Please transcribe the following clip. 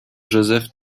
joseph